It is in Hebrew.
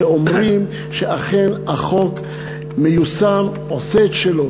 שאומרים שאכן החוק מיושם, עושה את שלו.